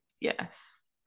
Yes